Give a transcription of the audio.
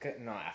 no